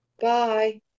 Bye